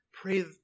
pray